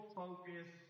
focus